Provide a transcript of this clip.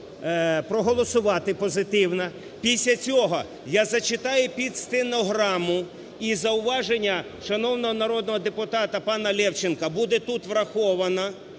Після цього я зачитаю під стенограму, і зауваження шановного народного депутата пана Левченка буде тут враховано.